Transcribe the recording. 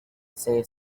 save